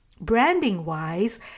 Branding-wise